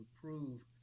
prove